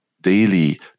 daily